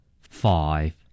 five